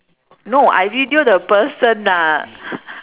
no I video the person lah